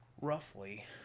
roughly